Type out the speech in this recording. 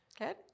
Good